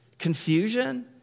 Confusion